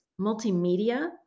multimedia